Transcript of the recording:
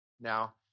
Now